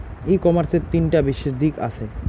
ই কমার্সের তিনটা বিশেষ দিক আছে